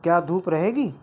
क्या धूप रहेगी